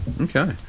Okay